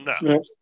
No